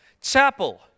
chapel